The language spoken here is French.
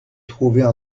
trouver